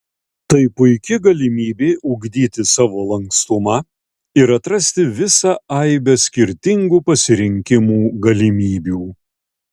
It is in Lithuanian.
tai puiki galimybė ugdyti savo lankstumą ir atrasti visą aibę skirtingų pasirinkimų galimybių